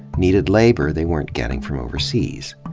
needed labor they weren't getting from overseas.